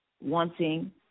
wanting